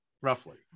roughly